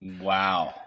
Wow